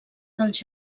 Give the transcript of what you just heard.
dels